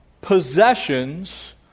possessions